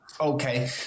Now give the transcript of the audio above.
Okay